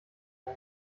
ein